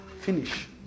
Finish